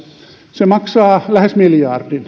se maksaa lähes miljardin